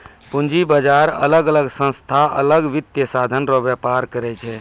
पूंजी बाजार अलग अलग संस्था अलग वित्तीय साधन रो व्यापार करै छै